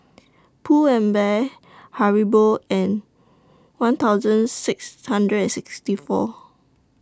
Pull and Bear Haribo and one thousand six hundred and sixty four